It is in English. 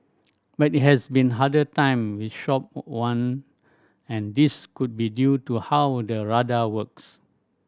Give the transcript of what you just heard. but it has been harder time with shop one and this could be due to how the radar works